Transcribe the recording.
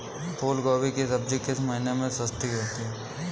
फूल गोभी की सब्जी किस महीने में सस्ती होती है?